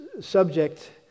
subject